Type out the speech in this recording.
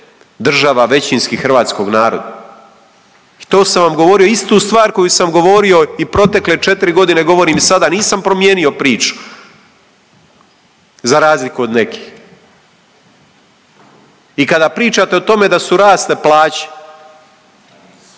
država većinski hrvatskog naroda i to sam vam govorio istu stvar koju sam govorio i protekle 4 godine, govorim i sada, nisam promijenio priču, za razliku od nekih. I kada pričate o tome da su rasle plaće,